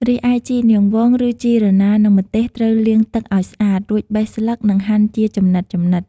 រីឯជីនាងវង ឬជីរណា និងម្ទេសត្រូវលាងទឹកឱ្យស្អាត រួចបេះស្លឹក និងហាន់ជាចំណិតៗ។